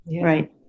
right